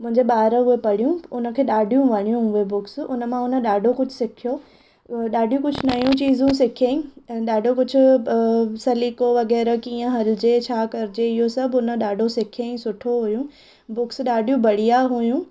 मुंहिंजे ॿार उहे पढ़ियूं उनखे ॾाढियूं वणियूं उहे बुक्स हुनमां हुन ॾाढो कुझु सिखियो ॾाढियूं कुझु नयूं चिज़ूं सिखियई ॾाढो कुझु सलीक़ो वग़ैरह कीअं हलिजे छा करिजे इहो सभु हुन ॾाढो सिखयई सुठो हुयूं बुक्स ॾाढियूं बढ़िया हुयूं